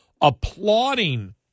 applauding